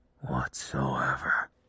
whatsoever